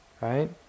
Right